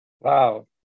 wow